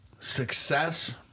Success